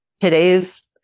today's